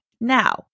Now